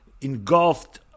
engulfed